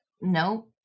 No